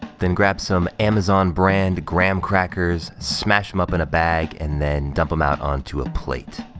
then, grab some amazon-brand graham crackers, smash them up in a bag, and then dump them out onto a plate.